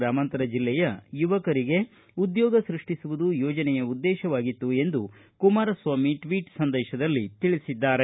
ಗ್ರಾಮಾಂತರ ಬೆಲ್ಲೆಯ ಯುವಕರಿಗೆ ಉದ್ಯೋಗ ಸೃಷ್ಟಿಸುವುದು ಯೋಜನೆಯ ಉದ್ದೇಶವಾಗಿತ್ತು ಎಂದು ಕುಮಾರಸ್ವಾಮಿ ಟ್ವೀಟ್ ಸಂದೇಶದಲ್ಲಿ ತಿಳಿಸಿದ್ದಾರೆ